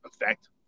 effect